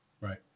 Right